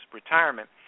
retirement